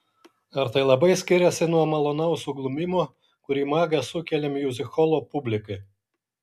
ar tai labai skiriasi nuo malonaus suglumimo kurį magas sukelia miuzikholo publikai